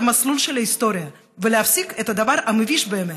המסלול של ההיסטוריה ולהפסיק את הדבר המביש באמת,